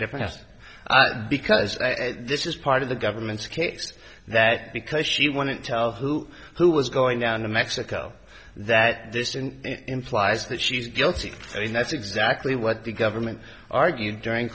difference because this is part of the government's case that because she wanted to tell who who was going down to mexico that this and it implies that she's guilty and that's exactly what the government argued during